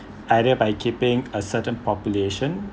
either by keeping a certain population